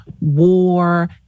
war